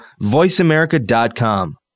voiceamerica.com